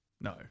No